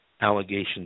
allegations